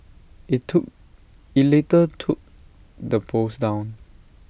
IT took IT later took the post down